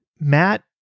Matt